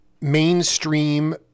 mainstream